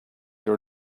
your